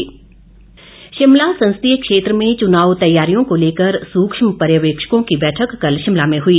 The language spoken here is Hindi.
बैठक शिमला संसदीय क्षेत्र में चुनाव तैयारियों को लेकर सूक्ष्म पर्यवेक्षकों की बैठक कल शिमला में हुई